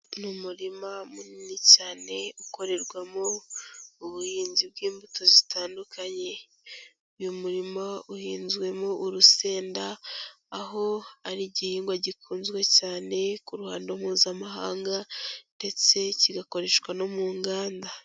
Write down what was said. Ni umurima munini cyane, ukorerwamo ubuhinzi bw'imbuto zitandukanye. Uyu murima uhinzwemo urusenda, aho ari igihingwa gikunzwe cyane ku ruhando mpuzamahanga ndetse kigakoreshwa no mu nganda.